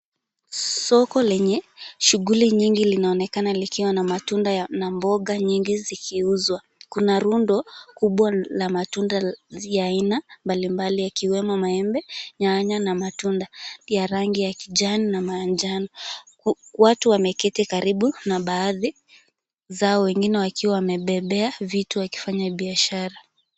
Soko lenye shughuli nyingi linaonekana likiwa na matunda na mboga nyingi zikiuzwa. Kuna rundo kubwa la matunda ya aina mbalimbali yakiwemo maembe, nyanya na matunda ya rangi ya kijani na manjano. Watu wameketi karibu na baadhi zao wengine wakiwa wamebebea vitu wakifanya biashara.